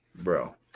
bro